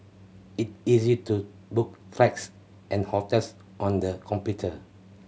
it easy to book flights and hotels on the computer